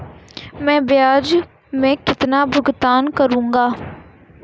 मैं ब्याज में कितना भुगतान करूंगा?